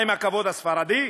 מה עם הכבוד הספרדי?